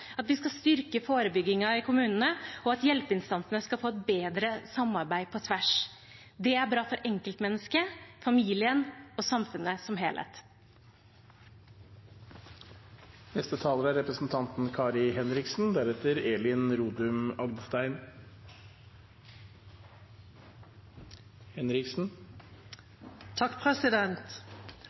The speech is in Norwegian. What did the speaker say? at vi skal styrke forebyggingen i kommunene, og at hjelpeinstansene skal få et bedre samarbeid på tvers. Det er bra for enkeltmennesket, familien og samfunnet som helhet.